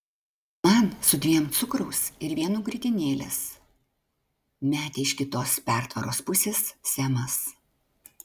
man su dviem cukraus ir vienu grietinėlės metė iš kitos pertvaros pusės semas